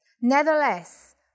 Nevertheless